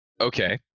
Okay